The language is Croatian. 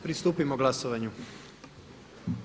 Pristupimo glasovanju.